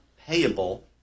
payable